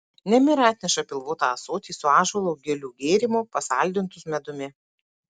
nemira atneša pilvotą ąsotį su ąžuolo gilių gėrimu pasaldintu medumi